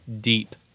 deep